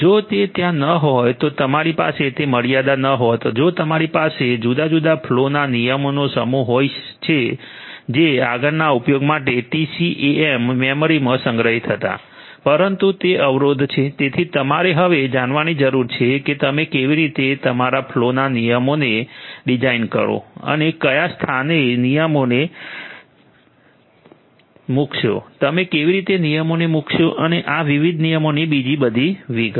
જો તે ત્યાં ન હોત તો તમારી પાસે તે મર્યાદા ન હોત જો તમારી પાસે જુદા જુદા ફલૉ ના નિયમોનો સમૂહ હોઇ શકે જે આગળના ઉપયોગ માટે TCAM મેમરીમાં સંગ્રહિત હતા પરંતુ તે અવરોધ છે તેથી તમારે હવે જાણવાની જરૂર છે કે તમે કેવી રીતે તમારા ફલૉ ના નિયમોને ડિઝાઇન કરો તમે કયા સ્થાને નિયમોને મૂકશો તમે કેવી રીતે નિયમોને મૂકશો અને આ વિવિધ નિયમોની બીજી બધી વિગત